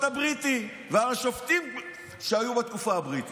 הבריטי ועל שופטים שהיו בתקופה הבריטית.